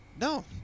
No